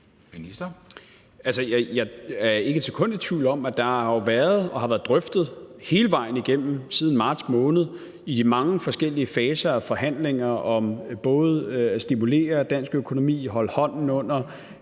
jeg er ikke et sekund i tvivl om, at der hele vejen igennem siden marts måned i de mange forskellige faser af forhandlinger om både at stimulere dansk økonomi, holde hånden under